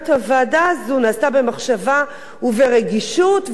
הוועדה הזאת נעשתה במחשבה וברגישות,